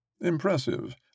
Impressive